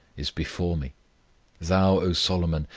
is before me thou, o solomon,